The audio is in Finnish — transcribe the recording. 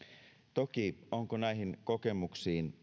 toki onko näihin kokemuksiin